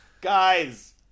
Guys